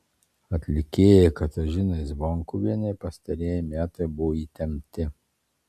atlikėjai katažinai zvonkuvienei pastarieji metai buvo įtempti